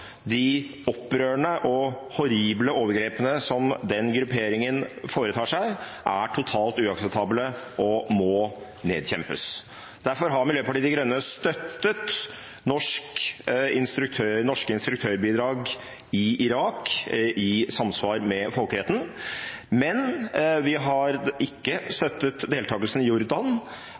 de opprørende og horrible overgrepene som den grupperingen foretar seg – er totalt uakseptabel og må nedkjempes. Derfor har Miljøpartiet De Grønne støttet norske instruktørbidrag i Irak i samsvar med folkeretten, men vi har ikke støttet deltakelsen i Jordan,